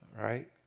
right